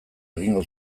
egingo